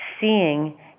seeing